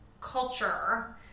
culture